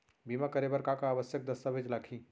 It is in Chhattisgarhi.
बीमा करे बर का का आवश्यक दस्तावेज लागही